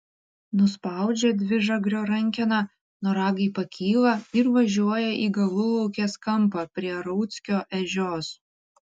nuspaudžia dvižagrio rankeną noragai pakyla ir važiuoja į galulaukės kampą prie rauckio ežios